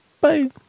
Bye